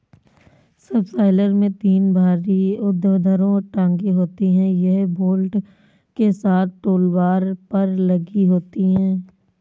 subsoiler में तीन भारी ऊर्ध्वाधर टांगें होती हैं, यह बोल्ट के साथ टूलबार पर लगी होती हैं